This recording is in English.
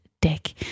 dick